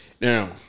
Now